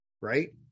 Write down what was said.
right